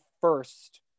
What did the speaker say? first